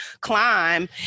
climb